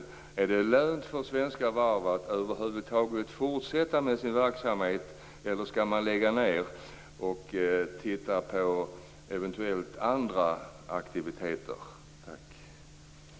Är det lönt för svenska varv att över huvud taget fortsätta med sin verksamhet, eller skall man lägga ned och titta på andra aktiviteter? Tack!